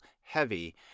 heavy